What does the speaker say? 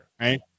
Right